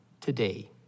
today